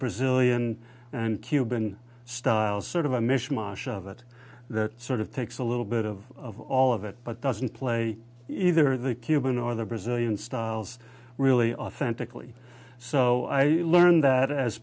brazilian and cuban styles sort of a mishmash of it that sort of takes a little bit of all of it but doesn't play either the cuban or the brazilian styles really authentically so i learned that as